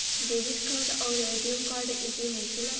Debit card आउर ATM card एके होखेला?